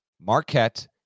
Marquette